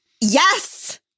Yes